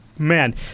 Man